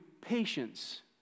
patience